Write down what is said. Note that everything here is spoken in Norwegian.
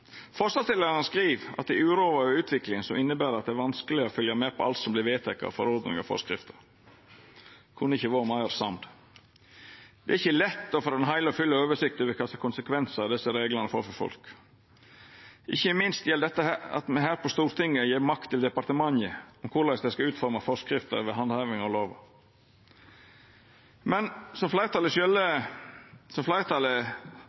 Forslagsstillarane skriv at dei er uroa over utviklinga, som inneber at det er vanskeleg å fylgja med på alt som vert vedteke av forordningar og forskrifter. Eg kunne ikkje vore meir samd. Det er ikkje lett å få den heile og fulle oversikta over kva konsekvensar desse reglane får for folk. Ikkje minst gjeld dette at me her på Stortinget gjev makt til departementet – korleis dei skal utforma forskrifter for handheving av lova. Men som fleirtalet har merka seg, er